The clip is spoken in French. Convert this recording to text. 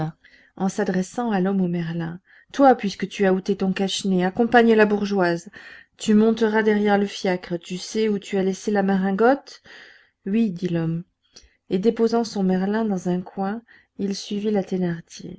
et s'adressant à l'homme au merlin toi puisque tu as ôté ton cache-nez accompagne la bourgeoise tu monteras derrière le fiacre tu sais où tu as laissé la maringotte oui dit l'homme et déposant son merlin dans un coin il suivit la